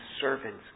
servants